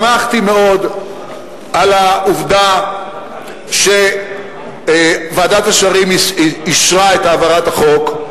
שמחתי מאוד על העובדה שוועדת השרים אישרה את העברת החוק.